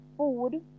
food